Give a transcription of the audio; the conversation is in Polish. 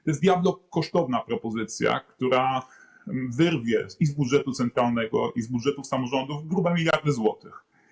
To jest diablo kosztowna propozycja, która wyrwie i z budżetu centralnego, i z budżetów samorządów grube miliardy złotych.